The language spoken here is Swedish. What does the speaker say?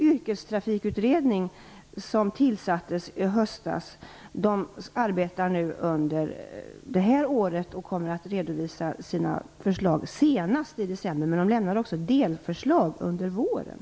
Yrkestrafikutredningen, som tillsattes i höstas, arbetar under det här året och kommer att redovisa sina förslag senast i december, men man kommer också att lämna delförslag under våren.